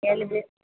ஏழு பேர்